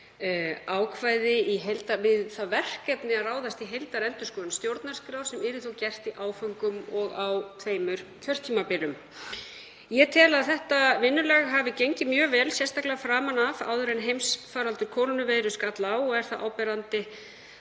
ákvæði í heild, við það verkefni að ráðast í heildarendurskoðun stjórnarskrár, sem yrði þá gert í áföngum og á tveimur kjörtímabilum. Ég tel að þetta vinnulag hafi gengið mjög vel, sérstaklega framan af áður en heimsfaraldur kórónuveiru skall á. Er það áberandi